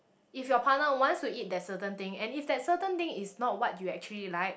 if your partner wants to eat that certain thing and if that certain thing is not what you actually like